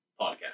Podcast